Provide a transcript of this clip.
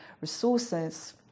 resources